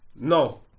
no